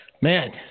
Man